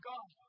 God